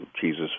Jesus